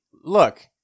look